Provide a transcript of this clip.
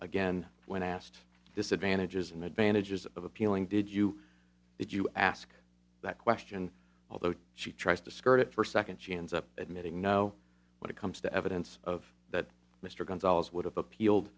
again when asked disadvantages and advantages of appealing did you did you ask that question although she tries to skirt it first second she ends up admitting no when it comes to evidence of that mr gonzalez would have appealed